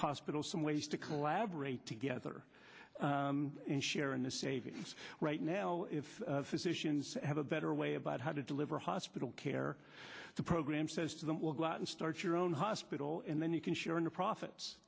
hospital some ways to collaborate together and share in the savings right now if physicians have a better way about how to deliver hospital care the program says to them will go out and start your own hospital and then you can share in the profits